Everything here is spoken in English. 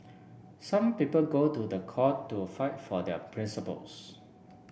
some people go to the court to fight for their principles